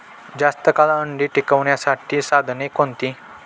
जास्त काळ अंडी टिकवण्यासाठी साधने कोणती?